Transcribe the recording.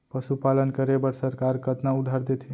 पशुपालन करे बर सरकार कतना उधार देथे?